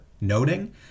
noting